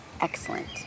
excellent